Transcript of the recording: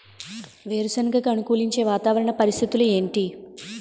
వేరుసెనగ కి అనుకూలించే వాతావరణ పరిస్థితులు ఏమిటి?